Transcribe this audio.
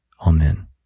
Amen